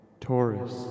Taurus